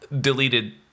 deleted